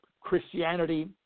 Christianity